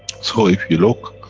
so if you look,